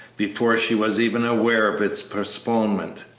before she was even aware of its postponement.